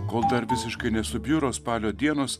kol dar visiškai nesubjuro spalio dienos